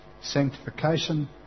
sanctification